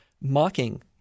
mocking